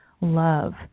love